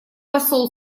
посол